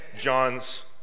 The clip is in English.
John's